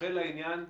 כמומחה לעניין,